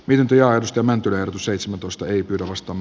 myyntiarvosta mentyään seitsemäntoista ypyrahaston